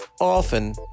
often